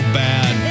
bad